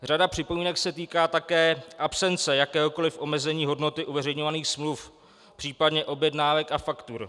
Řada připomínek se týká také absence jakéhokoli omezení hodnoty uveřejňovaných smluv, případně objednávek a faktur.